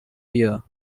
year